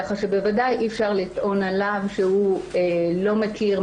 ככה שבוודאי אי-אפשר לטעון עליו שהוא לא מכיר,